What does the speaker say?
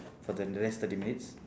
for the next thirty minutes